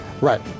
Right